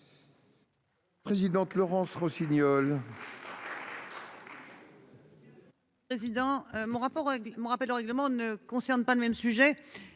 Présidente Laurence Rossignol.